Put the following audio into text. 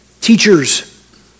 teachers